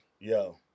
Yo